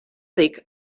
dic